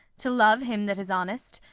to love him that is honest,